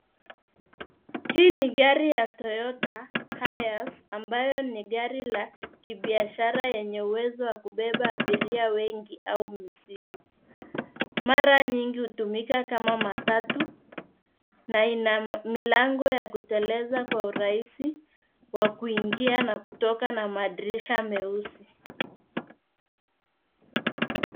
Hii ni gari ya [c.s]Toyota Hiresambayo ni gari ya kibiadhara yenye uwezi wa kubeba abiria wengi au mzigo. Mara nyingi hutumika kama matatu na ina milango ya kuteleza kwa urahisi wa kuingia na kutoka na madirisha meusi.